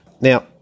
Now